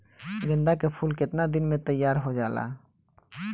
गेंदा के फूल केतना दिन में तइयार हो जाला?